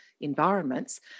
environments